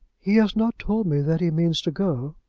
he has not told me that he means to go.